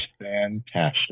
fantastic